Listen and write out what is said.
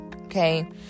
Okay